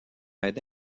aide